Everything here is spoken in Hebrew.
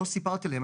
לא סיפרתי להם,